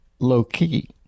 low-key